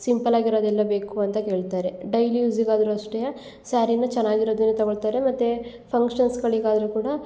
ಸಿಂಪಲಾಗಿ ಇರೋದೆಲ್ಲ ಬೇಕು ಅಂತ ಕೇಳ್ತಾರೆ ಡೈಲಿ ಯೂಸಿಗಾದರೂ ಅಷ್ಟೆ ಸಾರಿನು ಚೆನ್ನಾಗಿರೋದನೆ ತಗೊಳ್ತಾರೆ ಮತ್ತು ಫಂಕ್ಷನ್ಸ್ಗಳಿಗೆ ಆದರೂ ಕೂಡ